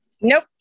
Nope